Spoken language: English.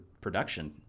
production